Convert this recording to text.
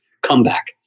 comeback